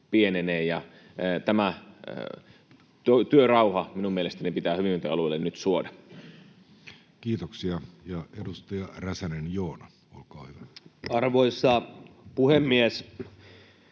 pienenee. Ja tämä työrauha minun mielestäni pitää hyvinvointialueille nyt suoda. Kiitoksia. — Ja edustaja Räsänen, Joona, olkaa hyvä. Arvoisa puhemies!